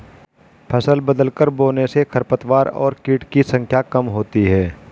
फसल बदलकर बोने से खरपतवार और कीट की संख्या कम होती है